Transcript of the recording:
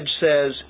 says